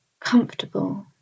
comfortable